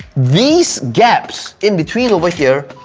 these gaps in between over here,